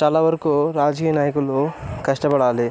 చాలా వరకు రాజకీయ నాయకులు కష్టపడాలి